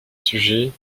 sujets